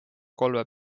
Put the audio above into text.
kolme